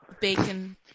bacon